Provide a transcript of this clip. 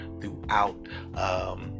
throughout